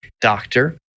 doctor